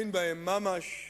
אין בהם ממש.